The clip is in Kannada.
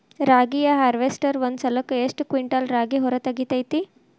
ರಾಗಿಯ ಹಾರ್ವೇಸ್ಟರ್ ಒಂದ್ ಸಲಕ್ಕ ಎಷ್ಟ್ ಕ್ವಿಂಟಾಲ್ ರಾಗಿ ಹೊರ ತೆಗಿತೈತಿ?